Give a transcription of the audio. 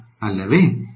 ಇಲ್ಲ ಅಲ್ಲವೇ